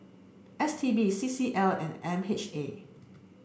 S T B C C L and M H A